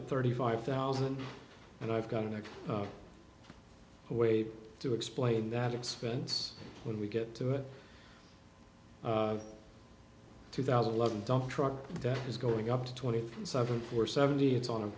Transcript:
at thirty five thousand and i've gotten a way to explain that expense when we get to it two thousand love and dump truck that is going up to twenty seven for seventy it's on a